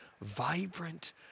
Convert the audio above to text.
vibrant